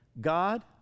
God